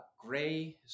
gray